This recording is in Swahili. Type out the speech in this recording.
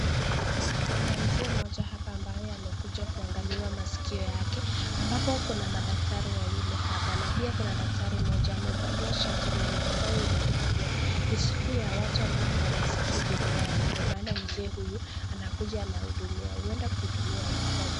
Kuna mzee mmoja hapa ambaye amekuja kuangaliwa masikio yake ambapo kuna madaktari wawili hapa na pia kuna daktari mmoja amevalia shati nyeupe ambayo imeandikwa kuwa ni siku ya watu ambao hawasikii duniani ndo maana mzee huyu anakuja anahudumiwa huenda kuhudumiwa.